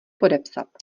podepsat